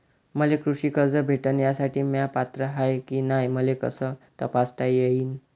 मले कृषी कर्ज भेटन यासाठी म्या पात्र हाय की नाय मले कस तपासता येईन?